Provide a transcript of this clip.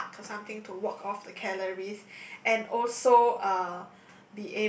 a park or something to walk off the calories and also uh